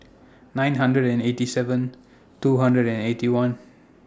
nine hundred and eighty seven two hundred and Eighty One